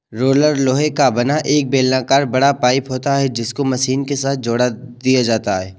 roller लोहे का बना एक बेलनाकर बड़ा पाइप होता है जिसको मशीन के साथ जोड़ दिया जाता है